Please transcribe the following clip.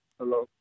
Hello